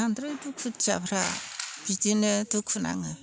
बांद्राय दुखुथियाफ्रा बिदिनो दुखु नाङो